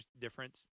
difference